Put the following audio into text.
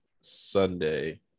Sunday